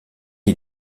est